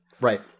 Right